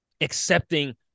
accepting